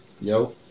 Yo